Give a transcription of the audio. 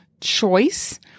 choice